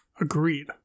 Agreed